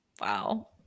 Wow